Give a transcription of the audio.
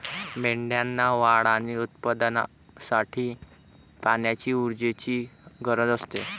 मेंढ्यांना वाढ आणि उत्पादनासाठी पाण्याची ऊर्जेची गरज असते